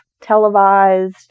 televised